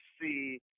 see